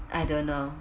I don't know